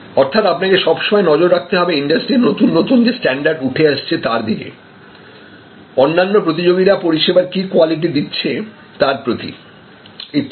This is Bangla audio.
অর্থাৎ আপনাকে সব সময় নজর রাখতে হবে ইন্ডাস্ট্রির নতুন নতুন যে স্ট্যান্ডার্ড উঠে আসছে তার দিকে অন্যান্য প্রতিযোগিরা পরিষেবার কি কোয়ালিটি দিচ্ছে তার প্রতি ইত্যাদি